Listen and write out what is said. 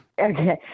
Okay